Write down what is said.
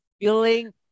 Feeling